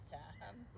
time